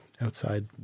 outside